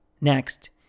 Next